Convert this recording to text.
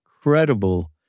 incredible